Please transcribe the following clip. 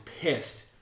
pissed